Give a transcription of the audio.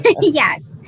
Yes